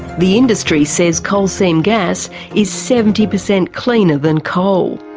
the industry says coal seam gas is seventy per cent cleaner than coal.